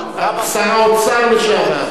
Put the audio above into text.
שר האוצר לשעבר,